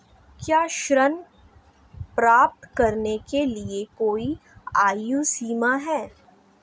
क्या ऋण प्राप्त करने के लिए कोई आयु सीमा है?